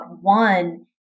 One